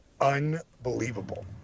unbelievable